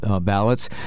ballots